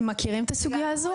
שירה, אתם מכירים את הסוגייה הזו?